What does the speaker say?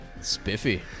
Spiffy